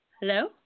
Hello